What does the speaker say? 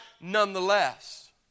nonetheless